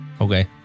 Okay